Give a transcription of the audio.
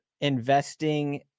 investing